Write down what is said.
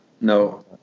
No